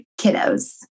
kiddos